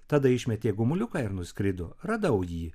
tada išmetė gumuliuką ir nuskrido radau jį